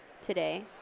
today